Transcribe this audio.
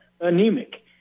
anemic